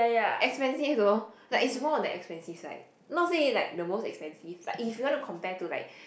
expensive though like it's more on the expensive side not say it like the most expensive but if you wanna compare to like